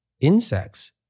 insects